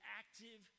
active